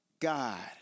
God